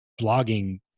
blogging